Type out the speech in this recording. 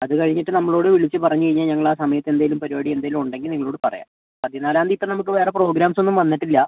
അത് കഴിഞ്ഞിട്ട് നമ്മളോട് വിളിച്ച് പറഞ്ഞ് കഴിഞ്ഞാൽ ഞങ്ങൾ ആ സമയത്ത് എന്തെങ്കിലും പരിപാടി എന്തെങ്കിലും ഉണ്ടെങ്കിൽ നിങ്ങളോട് പറയാം പതിനാലാം തീയതി ഇപ്പം നമുക്ക് വേറെ പ്രോഗ്രാംസ് ഒന്നും വന്നിട്ടില്ല